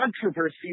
controversy